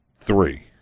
three